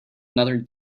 another